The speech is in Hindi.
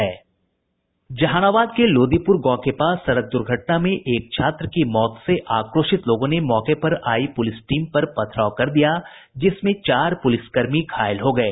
जहानाबाद के लोदीपुर गांव के पास सड़क द्र्घटना में एक छात्र की मौत से आक्रोशित लोगों ने मौके पर आयी पुलिस टीम पर पथराव कर दिया जिसमें चार प्रलिसकर्मी घायल हो गये